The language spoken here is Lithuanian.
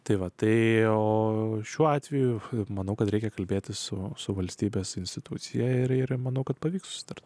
tai va tai o šiuo atveju manau kad reikia kalbėti su su valstybės institucija ir ir manau kad pavyks susitarti